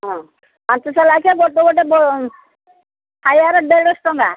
ହଁ ପାଞ୍ଚଶହ ଲେଖାଏଁ ଗୋଟେ ଗୋଟେ ଖାଇବାର ଦେଢ଼ଶହ ଟଙ୍କା